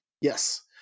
Yes